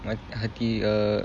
mac~ hati err